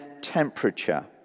temperature